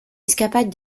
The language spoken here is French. escapade